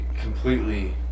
completely